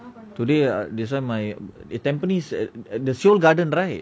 today ah this [one] my eh tampines at the seoul garden right